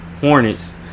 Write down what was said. Hornets